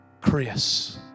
Chris